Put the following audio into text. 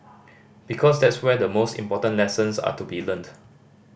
because that's where the most important lessons are to be learnt